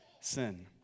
sin